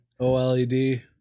OLED